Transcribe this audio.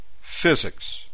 physics